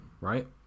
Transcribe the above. right